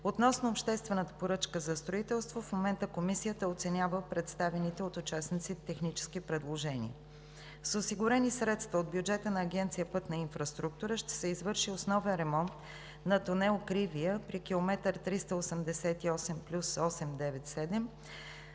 Относно обществената поръчка за строителство, в момента комисията оценява представените от участниците технически предложения. С осигурени средства от бюджета на Агенция „Пътна инфраструктура“ ще се извърши основен ремонт на тунел „Кривия“ при км 388+897